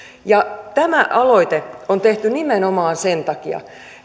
tämä aloite on tehty nimenomaan sen takia